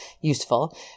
useful